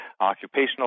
occupational